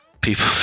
people